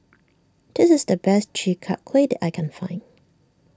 this is the best Chi Kak Kuih that I can find